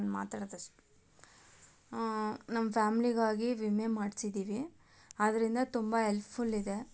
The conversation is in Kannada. ನಾನು ಮಾತಾಡೋದು ಅಷ್ಟೆ ನಮ್ಮ ಫ್ಯಾಮ್ಲಿಗಾಗಿ ವಿಮೆ ಮಾಡ್ಸಿದ್ದೀವಿ ಅದರಿಂದ ತುಂಬ ಎಲ್ಪ್ಫುಲ್ ಇದೆ